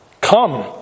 Come